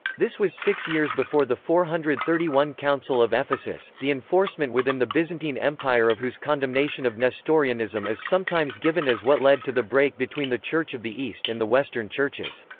this was six years before the four hundred and thirty one council of ephesus, the enforcement within the byzantine empire of whose condemnation of nestorianism is sometimes given as what led to the break between the church of the east and the western churches.